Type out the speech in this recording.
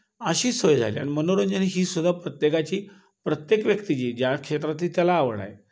अशी सोय झाली आहे आणि मनोरंजन ही सुद्धा प्रत्येकाची प्रत्येक व्यक्ती जी ज्या क्षेत्रातली त्याला आवड आहे